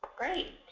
Great